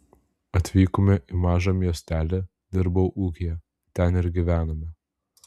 atvykome į mažą miestelį dirbau ūkyje ten ir gyvenome